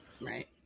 Right